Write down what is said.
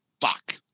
fuck